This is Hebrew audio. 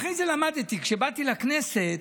אחרי זה למדתי, כשבאתי לכנסת,